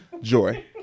Joy